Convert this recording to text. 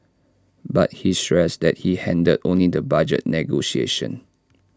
but he stressed that he handled only the budget negotiations